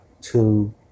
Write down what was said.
two